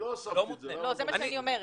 זה מה שאני אומרת.